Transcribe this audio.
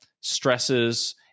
stresses